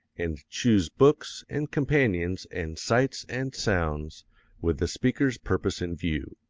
and choose books and companions and sights and sounds with the speaker's purpose in view.